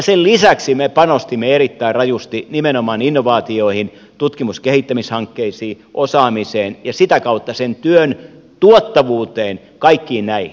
sen lisäksi me panostimme erittäin rajusti nimenomaan innovaatioihin tutkimus ja kehittämishankkeisiin osaamiseen ja sitä kautta sen työn tuottavuuteen kaikkiin näihin